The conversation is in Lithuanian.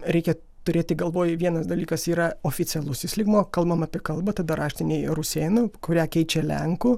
reikia turėti galvoj vienas dalykas yra oficialusis lygmuo kalbama apie kalbą tada raštinėj rusėnų kurią keičia lenkų